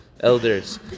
Elders